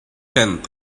tenth